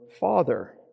Father